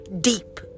deep